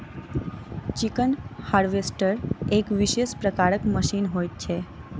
chicken harvester एक विशेष प्रकारक मशीन होइत छै